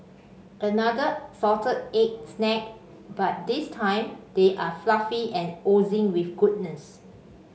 another salted egg snack but this time they are fluffy and oozing with goodness